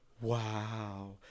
wow